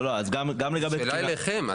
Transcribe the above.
השאלה היא אליכם.